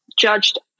judged